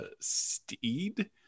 Steed